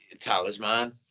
talisman